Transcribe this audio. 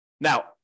Now